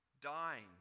dying